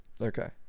Okay